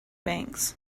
banks